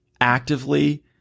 actively